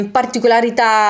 particolarità